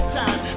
time